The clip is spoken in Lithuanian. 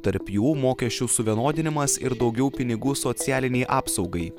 tarp jų mokesčių suvienodinimas ir daugiau pinigų socialinei apsaugai